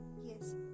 Yes